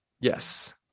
Yes